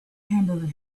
hamburger